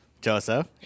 Joseph